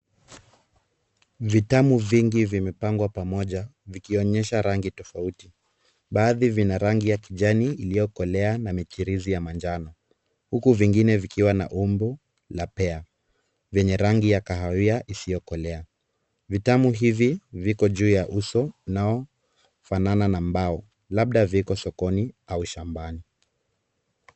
Vitamu vingi vimepangwa pamoja vikionyesha rangi tofauti. Baadhi vina rangi ya kijani iliyokolea na michirizi ya manjano huku vingine vikiwa na umbo la pea venye rangi ya kahawia isiyokolea. Vitamu hivi viko juu ya uso unaofanana na mbao labda viko sokoni au shambani.